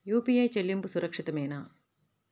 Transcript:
UPI చెల్లింపు సురక్షితమేనా?